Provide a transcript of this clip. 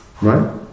Right